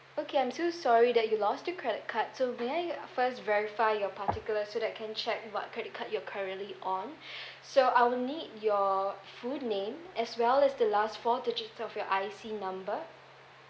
okay I'm so sorry that you lost your credit card so may I uh first verify your particulars so that I can check what credit card you're currently on so I will need your full name as well as the last four digits of your I_C number